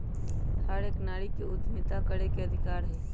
हर एक नारी के उद्यमिता करे के अधिकार हई